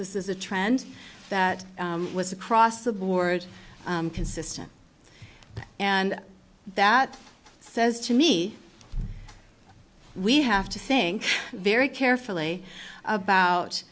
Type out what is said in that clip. this is a trend that was across the board consistent and that says to me we have to think very carefully about